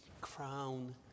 crown